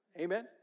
Amen